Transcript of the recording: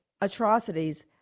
atrocities